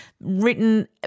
written